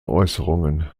äußerungen